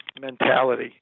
mentality